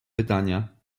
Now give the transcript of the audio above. pytania